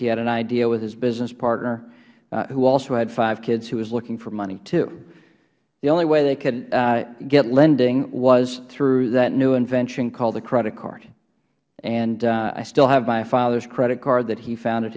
he had an idea with his business partner who also had five kids who was looking for money too the only way they could get lending was through that new invention called the credit card and i still have my father's credit card that he founded